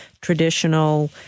traditional